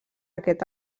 aquest